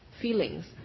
feelings